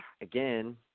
again